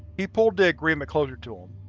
he pulled the agreement closer to him.